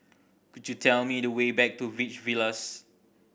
could you tell me the way back to Beach Villas